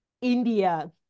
India